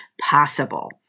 possible